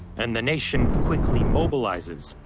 and the nation quickly mobilizes,